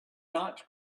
not